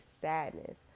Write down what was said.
sadness